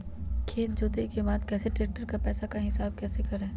खेत जोते के बाद कैसे ट्रैक्टर के पैसा का हिसाब कैसे करें?